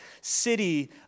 city